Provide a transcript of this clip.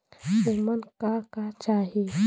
उमन का का चाही?